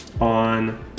on